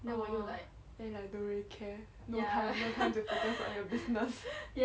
orh then like don't really care for your business